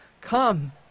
come